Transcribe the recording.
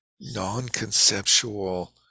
non-conceptual